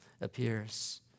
appears